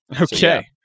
Okay